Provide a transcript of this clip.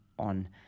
On